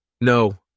No